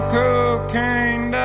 cocaine